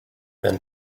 than